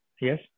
yes